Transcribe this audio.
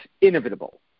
inevitable